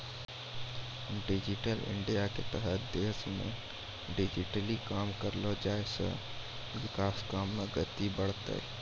digital इंडियाके तहत देशमे डिजिटली काम करलो जाय ते विकास काम मे गति बढ़तै